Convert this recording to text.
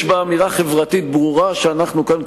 יש בה אמירה חברתית ברורה שאנחנו כאן,